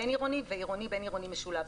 בין-עירוני, ועירוני בין-עירוני משולב.